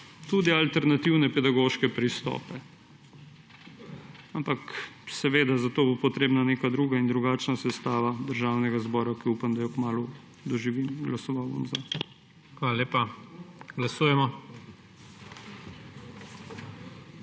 tudi alternativne pedagoške pristope. Ampak seveda za to bo potrebna neka druga in drugačna sestava Državnega zbora, ki upam, da jo kmalu doživim. Glasoval bom »za«. PREDSEDNIK IGOR ZORČIČ: Hvala